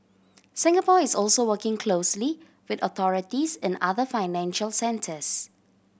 Singapore is also working closely with authorities in other financial centres